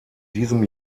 diesem